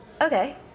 Okay